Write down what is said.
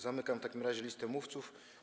Zamykam w takim razie listę mówców.